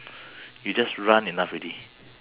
you just run enough already